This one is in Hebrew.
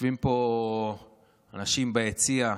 יושבים פה אנשים ביציע,